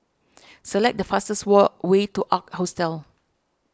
select the fastest way to Ark Hostel